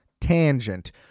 Tangent